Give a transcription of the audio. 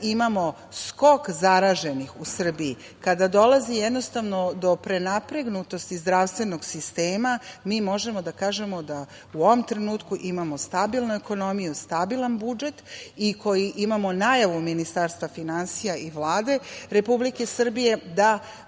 imamo skok zaraženih u Srbiji, kada dolazi do prenapregnutosti zdravstvenog sistema, mi možemo da kažemo da u ovom trenutku imamo stabilnu ekonomiju, stabilan budžet i imamo najavu Ministarstva finansija i Vlade Republike Srbije da